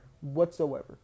whatsoever